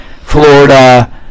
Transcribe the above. Florida